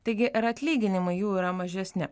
taigi ir atlyginimai jų yra mažesni